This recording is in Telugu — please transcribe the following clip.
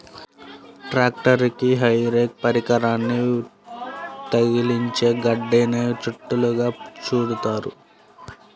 ట్రాక్టరుకి హే రేక్ పరికరాన్ని తగిలించి గడ్డిని చుట్టలుగా చుడుతారు